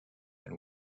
and